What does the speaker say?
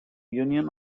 union